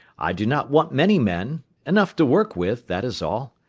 i do not want many men enough to work with, that is all.